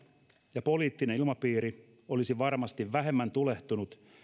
ja poliittinen ilmapiiri olisivat varmasti vähemmän tulehtuneita